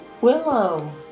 Willow